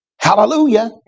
Hallelujah